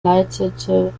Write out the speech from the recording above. leitete